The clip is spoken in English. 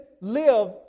live